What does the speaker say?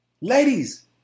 Ladies